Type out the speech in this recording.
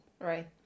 Right